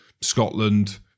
Scotland